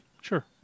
Sure